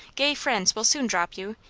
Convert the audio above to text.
gay friends will soon drop you,